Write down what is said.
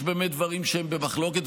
יש באמת דברים שהם במחלוקת,